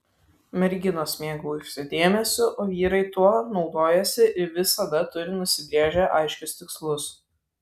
merginos mėgaujasi dėmesiu o vyrai tuo naudojasi ir visada turi nusibrėžę aiškius tikslus